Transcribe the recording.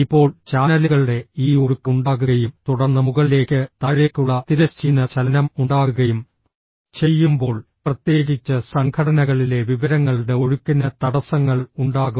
ഇപ്പോൾ ചാനലുകളുടെ ഈ ഒഴുക്ക് ഉണ്ടാകുകയും തുടർന്ന് മുകളിലേക്ക് താഴേക്കുള്ള തിരശ്ചീന ചലനം ഉണ്ടാകുകയും ചെയ്യുമ്പോൾ പ്രത്യേകിച്ച് സംഘടനകളിലെ വിവരങ്ങളുടെ ഒഴുക്കിനു തടസ്സങ്ങൾ ഉണ്ടാകും